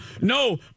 No